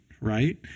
right